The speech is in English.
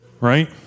Right